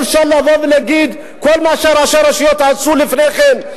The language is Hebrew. איך אפשר לבוא ולהגיד שכל מה שראשי הרשויות עשו לפני כן,